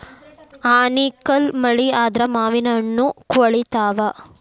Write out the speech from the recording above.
ಆನಿಕಲ್ಲ್ ಮಳಿ ಆದ್ರ ಮಾವಿನಹಣ್ಣು ಕ್ವಳಿತಾವ